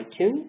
iTunes